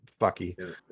fucky